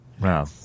Wow